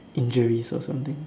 injuries or something